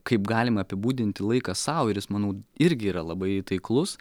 kaip galima apibūdinti laiką sau ir jis manau irgi yra labai taiklus